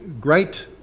great